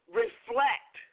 reflect